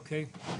אוקיי.